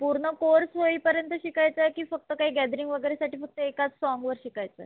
पूर्ण कोर्स होईपर्यंत शिकायचं आहे की फक्त काही गॅदरिंग वगैरेसाठी फक्त एकाच साँगवर शिकायचं आहे